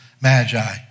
magi